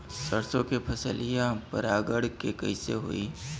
सरसो के फसलिया परागण से कईसे होई?